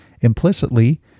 Implicitly